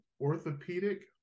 orthopedic